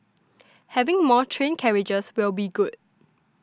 having more train carriages will be good